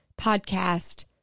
podcast